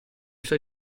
suoi